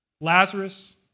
Lazarus